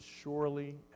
surely